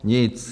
Nic.